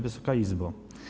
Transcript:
Wysoka Izbo!